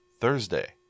Thursday